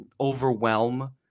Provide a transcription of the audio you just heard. overwhelm